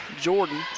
Jordan